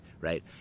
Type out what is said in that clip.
right